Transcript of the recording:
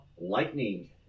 lightning